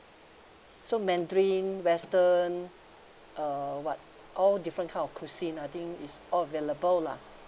so mandarin western uh what all different kind of cuisine I think is all available lah